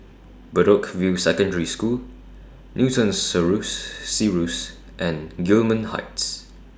Bedok View Secondary School Newton Cirus and Gillman Heights